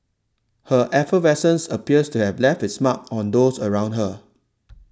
her effervescence appears to have left its mark on those around her